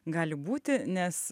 gali būti nes